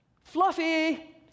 Fluffy